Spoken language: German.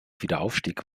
wiederaufstieg